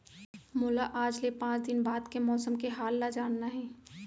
मोला आज ले पाँच दिन बाद के मौसम के हाल ल जानना हे?